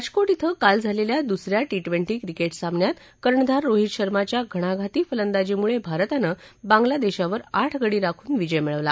राजकोट धिं काल झालेल्या दुसऱ्या टी ट्वेंटी क्रिकेट सामन्यात कर्णधार रोहीत शर्माच्या घणघाती फलंदाजीमुळे भारतानं बांगलादेशावर आठ गडी राखून विजय मिळवला